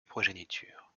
progéniture